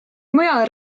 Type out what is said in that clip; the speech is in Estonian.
mujal